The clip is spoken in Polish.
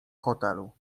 hotelu